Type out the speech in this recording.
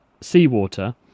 seawater